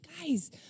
guys